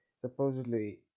supposedly